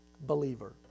believer